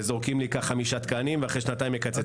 וזורקים לי כחמישה תקנים ואחרי שנתיים מקצצים לי אותם.